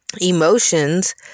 Emotions